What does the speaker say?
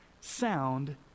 sound